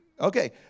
Okay